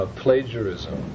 plagiarism